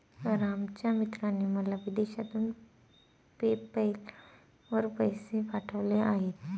रामच्या मित्राने मला विदेशातून पेपैल वर पैसे पाठवले आहेत